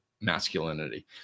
masculinity